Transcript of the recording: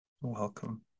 Welcome